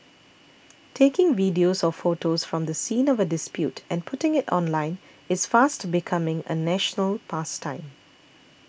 taking videos or photos from the scene of a dispute and putting it online is fast becoming a national pastime